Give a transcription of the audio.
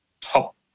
top